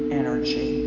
energy